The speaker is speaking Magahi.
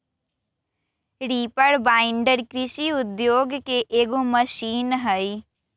रीपर बाइंडर कृषि उद्योग के एगो मशीन हई